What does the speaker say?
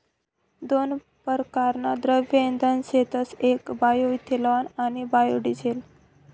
दोन परकारना द्रव्य इंधन शेतस येक बायोइथेनॉल आणि बायोडिझेल